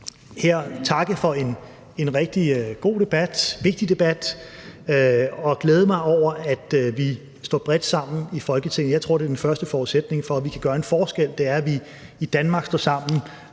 her takke for en rigtig god debat, en vigtig debat, og glæde mig over, at vi står bredt sammen i Folketinget. Jeg tror, at det er den første forudsætning for, at vi kan gøre en forskel; det er, at vi i Danmark står sammen,